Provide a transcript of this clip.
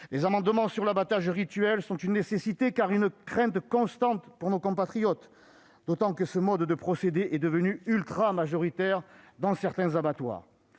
Les amendements sur l'abattage rituel sont une nécessité, car il s'agit d'une crainte constante pour nos compatriotes, d'autant qu'un tel procédé est devenu ultramajoritaire dans certains abattoirs.